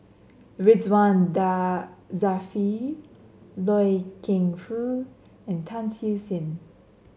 Ridzwan Dzafir Loy Keng Foo and Tan Siew Sin